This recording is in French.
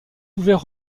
ouvert